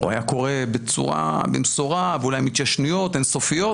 אולי היה קורה במשורה ואולי מהתיישנויות אין סופיות,